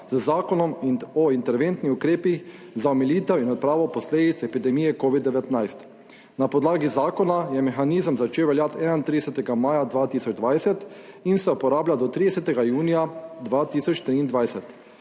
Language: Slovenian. z Zakonom o interventnih ukrepih za omilitev in odpravo posledic epidemije Covid-19. Na podlagi zakona je mehanizem začel veljati 31. maja 2020 in se uporablja do 30. junija 2023.